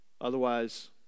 Otherwise